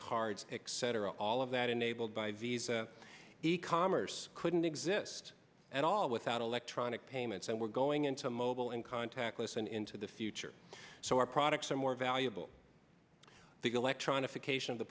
cards except for all of that enabled by visa e commerce couldn't exist at all without electronic payments and we're going into mobile and contactless and into the future so our products are more valuable